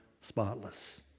spotless